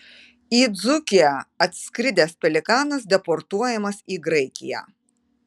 į dzūkiją atskridęs pelikanas deportuojamas į graikiją